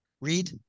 Read